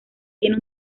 tiene